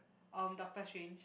um Doctor-Strange